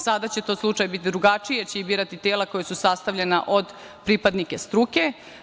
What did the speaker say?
Sada će to slučaj biti drugačiji jer će birati tela koja su sastavljena od pripadnika struke.